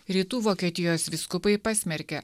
rytų vokietijos vyskupai pasmerkė